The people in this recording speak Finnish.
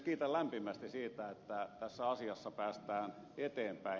kiitän lämpimästi siitä että tässä asiassa päästään eteenpäin